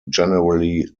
generally